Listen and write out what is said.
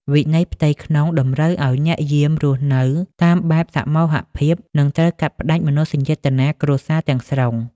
វិន័យផ្ទៃក្នុងតម្រូវឱ្យអ្នកយាមរស់នៅតាមបែបសមូហភាព និងត្រូវកាត់ផ្ដាច់មនោសញ្ចេតនាគ្រួសារទាំងស្រុង។